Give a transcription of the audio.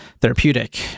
therapeutic